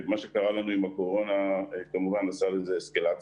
מה שקרה לנו עם הקורונה כמובן עשה לנו אסקלציה,